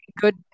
good